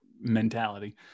mentality